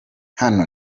hano